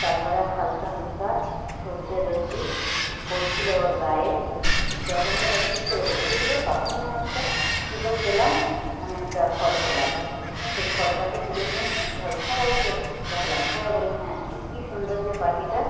তারপরে হালকা হালকা সূর্যের রশ্মি পড়ছিলো ওর গায়ে যখনই ওর চুপ করে বসেছিলো তখনই আমি একটা সুযোগ পেলাম মানে একটা ফটো তোলার সেই ফটোটাকে তুলে নিয়ে এসে ঘর সবাইকে দেখালাম সবাই বলল হ্যাঁ কী সুন্দর যে পাখিটা